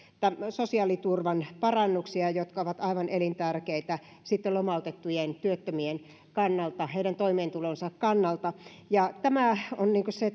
sosiaaliturvan parannuksia jotka ovat aivan elintärkeitä lomautettujen työttömien kannalta heidän toimeentulonsa kannalta tämä on se